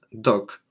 dog